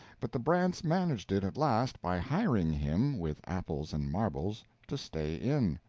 but the brants managed it at last by hiring him, with apples and marbles, to stay in.